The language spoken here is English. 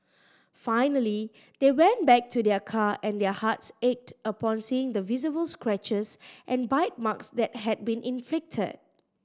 finally they went back to their car and their hearts ached upon seeing the visible scratches and bite marks that had been inflicted